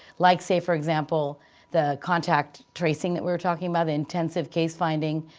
like say for example the contact tracing that we were talking about, the intensive case finding,